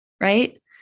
Right